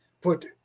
put